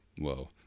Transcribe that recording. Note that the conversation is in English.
whoa